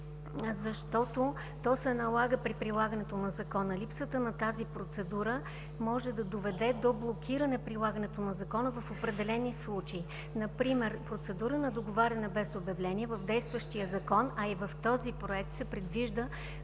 защото се налага при прилагането на Закона. Липсата на тази процедура може да доведе до блокиране прилагането на Закона в определени случаи. Например процедура на договаряне без обявление в действащия Закон, а и в този проект се предвижда